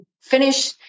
finish